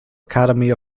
academy